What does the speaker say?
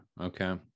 okay